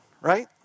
right